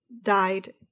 died